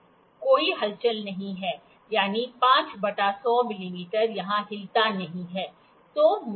कोई हलचल नहीं है यानी 5 बटा 100 मिमी यह हिलता नहीं है